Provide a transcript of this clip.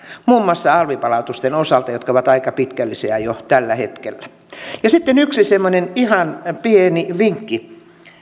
muun muassa alvipalautusten osalta jotka ovat aika pitkällisiä jo tällä hetkellä sitten yksi semmoinen ihan pieni vinkki